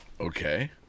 Okay